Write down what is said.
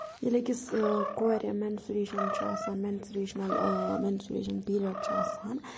ییٚلہِ أکِس کورِ مٮ۪نسُریشَن چھُ آسان مٮ۪نسُریشنَل مٮ۪نسُلیشَن پیٖریَڈ چھُ آسان